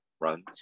runs